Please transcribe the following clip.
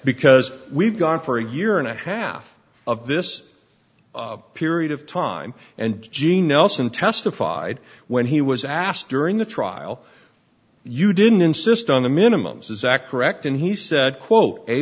because we've gone for a year and a half of this period of time and gene nelson testified when he was asked during the trial you didn't insist on the minimum zakk correct and he said quote a